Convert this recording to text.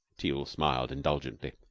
teal smiled indulgently.